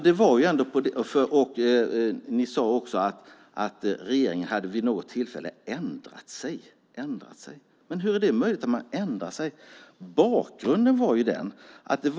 De sade att regeringen vid något tillfälle hade ändrat sig. Hur är det möjligt att regeringen skulle ha ändrat sig?